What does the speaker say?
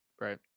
right